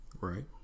Right